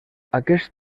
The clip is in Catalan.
aquest